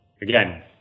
Again